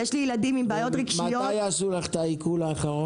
יש לי ילדים עם בעיות רגשיות -- מתי עשו לך את העיקול האחרון?